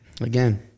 Again